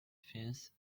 fence